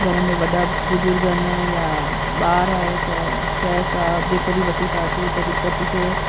घर में वॾा बुजुर्ग आहिनि या ॿारु आहे त शइ सां जेको बि वठी था अचूं त दिक़त थी थिए